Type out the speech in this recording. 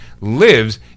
lives